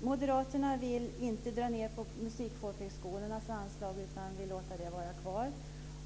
Moderaterna vill inte dra ned på musikfolkhögskolornas anslag utan vill låta det vara kvar.